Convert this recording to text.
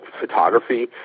Photography